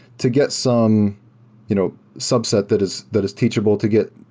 to get some you know subset that is that is teachable to get.